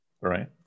right